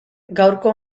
gaurko